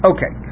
Okay